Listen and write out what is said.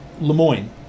LeMoyne